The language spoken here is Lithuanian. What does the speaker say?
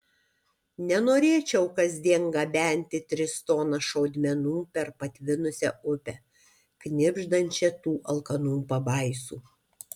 nenorėčiau kasdien gabenti tris tonas šaudmenų per patvinusią upę knibždančią tų alkanų pabaisų